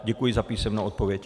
Děkuji za písemnou odpověď.